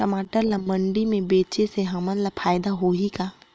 टमाटर ला मंडी मे बेचे से हमन ला फायदा होही का?